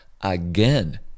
again